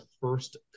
first